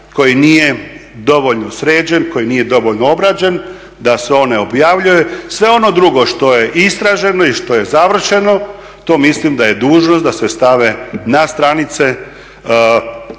koji nije dovoljno sređen, koji nije dovoljno obrađen, da se on ne objavljuje. Sve ono drugo što je istraženo i što je završeno, to mislim da je dužnost da se stave na stranice